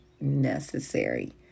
necessary